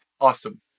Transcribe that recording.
awesome